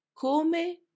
come